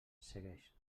segueix